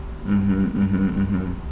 mmhmm mmhmm mmhmm